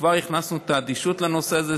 כבר הכנסנו את האדישות לנושא הזה,